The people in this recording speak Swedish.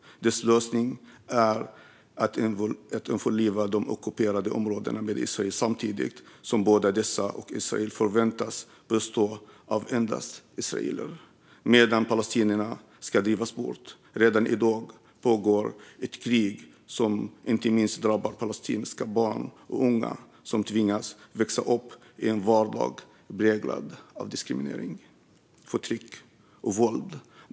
Deras lösning går ut på att införliva de ockuperade områdena i Israel och att både dessa och Israel förväntas bestå av endast israeler medan palestinierna ska drivas bort. Redan i dag pågår ett krig som inte minst drabbar palestinska barn och unga, som tvingas växa upp i en vardag präglad av diskriminering, förtryck och våld.